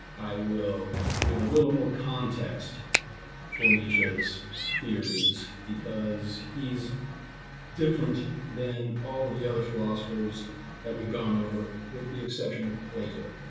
i will give a little more context for nietzsche's theories because he's different than all of the other philosophers that we've gone over with the exception of plato.